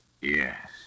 Yes